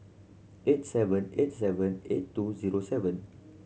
eight seven eight seven eight two zero seven